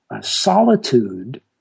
solitude